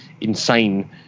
insane